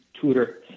tutor